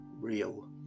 real